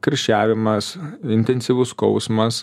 karščiavimas intensyvus skausmas